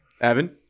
Evan